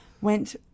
Went